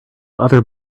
other